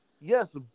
Yes